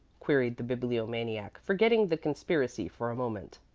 queried the bibliomaniac, forgetting the conspiracy for a moment.